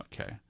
Okay